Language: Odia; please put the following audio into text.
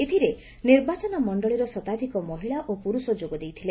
ଏଥିରେ ନିର୍ବାଚନ ମଣ୍ଣଳିର ଶତାଧିକ ମହିଳା ଓ ପୁରୁଷ ଯୋଗ ଦେଇଥିଲେ